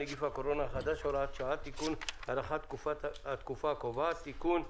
(נגיף הקורונה החדש הוראת שעה תיקון) (הארכת התקופה הקובעת) (תיקון),